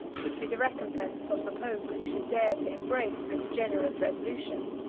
would be the recompense of the pope who should dare to embrace this generous resolution.